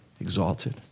exalted